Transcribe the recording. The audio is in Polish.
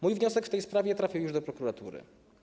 Mój wniosek w tej sprawie trafił już do prokuratury.